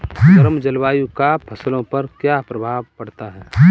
गर्म जलवायु का फसलों पर क्या प्रभाव पड़ता है?